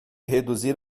reduzir